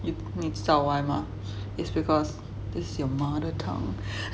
you 你知道 why mah it's because it's your mother tongue